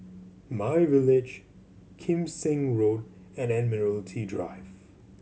MyVillage Kim Seng Road and Admiralty Drive